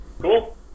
cool